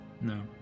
No